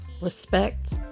respect